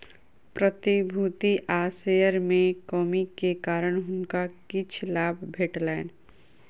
प्रतिभूति आ शेयर में कमी के कारण हुनका किछ लाभ भेटलैन